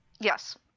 Yes